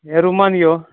हे रुमान यो